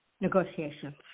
negotiations